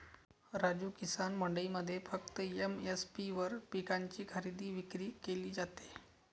राजू, किसान मंडईमध्ये फक्त एम.एस.पी वर पिकांची खरेदी विक्री केली जाते